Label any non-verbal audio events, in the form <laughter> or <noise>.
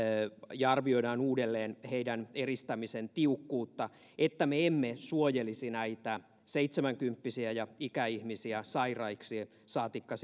ja arvioidaan uudelleen esimerkiksi heidän eristämisen tiukkuutta sitä että me emme suojelisi näitä seitsemänkymppisiä ja ikäihmisiä sairaiksi saatikka <unintelligible>